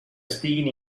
estiguin